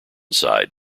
side